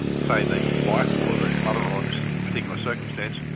say, the wife or the mother-in-law in this particular circumstance,